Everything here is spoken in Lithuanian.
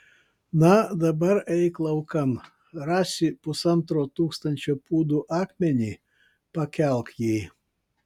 na dabar eik laukan rasi pusantro tūkstančio pūdų akmenį pakelk jį